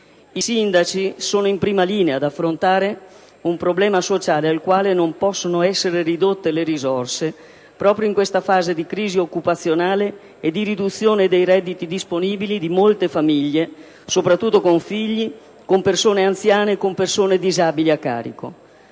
i sindaci sono in prima linea ad affrontare un problema sociale per il quale non possono essere ridotte le risorse, proprio in questa fase di crisi occupazionale e di riduzione dei redditi disponibili di molte famiglie, soprattutto con figli, con persone anziane e con persone disabili a carico.